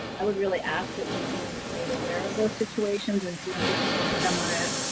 i would really ask that we be made aware of those situations and see if we can look at them on a,